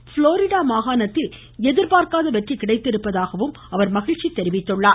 Florida மாகாணத்தில் எதிர்பார்க்காத வெற்றி கிடைத்திருப்பதாகவும் அவர் மகிழ்ச்சி தெரிவித்திருக்கிறார்